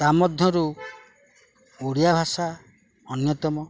ତା ମଧ୍ୟରୁ ଓଡ଼ିଆ ଭାଷା ଅନ୍ୟତମ